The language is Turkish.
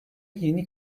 yeni